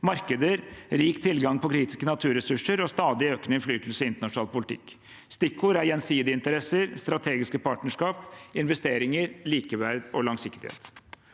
markeder, rik tilgang på kritiske naturressurser og stadig økende innflytelse i internasjonal politikk. Stikkord er gjensidige interesser, strategiske partnerskap, investeringer, likeverd og langsiktighet.